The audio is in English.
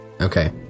Okay